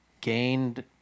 gained